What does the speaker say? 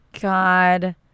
God